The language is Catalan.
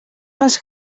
pels